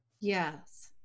Yes